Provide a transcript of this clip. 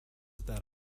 that